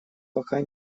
пока